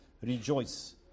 rejoice